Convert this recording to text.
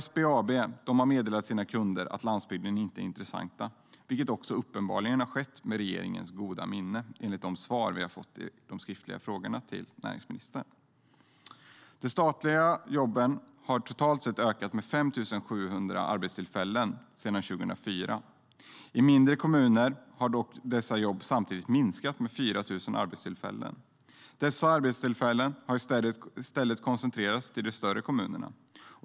SBAB har meddelat sina kunder att landsbygden inte är intressant, vilket uppenbarligen skett med regeringens goda minne enligt de svar vi fått på de skriftliga frågor vi ställt till näringsministern.De statliga jobben har totalt sett ökat med ca 5 700 arbetstillfällen sedan 2004. I mindre kommuner har dock dessa jobb samtidigt minskat med 4 000 arbetstillfällen. Dessa arbetstillfällen har i stället koncentrerats till de större kommunerna.